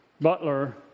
butler